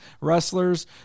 wrestlers